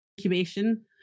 incubation